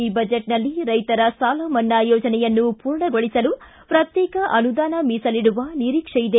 ಈ ಬಜೆಟ್ನಲ್ಲಿ ರೈತರ ಸಾಲ ಮನ್ನಾ ಯೋಜನೆಯನ್ನು ಪೂರ್ಣಗೊಳಿಸಲು ಪ್ರತ್ಯೇಕ ಅನುದಾನ ಮೀಸಲಿಡುವ ನೀರಿಕ್ಷೇ ಇದೆ